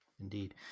Indeed